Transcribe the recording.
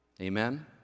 Amen